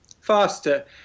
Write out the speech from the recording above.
faster